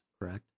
correct